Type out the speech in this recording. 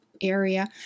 area